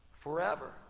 forever